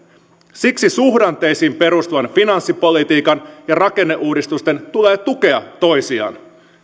siksi suhdanteisiin perustuvan finanssipolitiikan ja rakenneuudistusten tulee tukea toisiaan